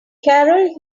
carol